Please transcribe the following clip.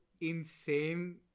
insane